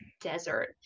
desert